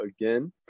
again